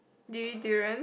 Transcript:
do you eat durian